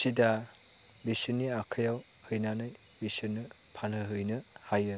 सिदा बेसोरनि आखाइयाव हैनानै बिसोरनो फानहोहैनो हायो